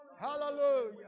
Hallelujah